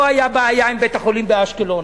לא היתה בעיה עם בית-החולים באשקלון,